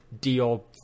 deal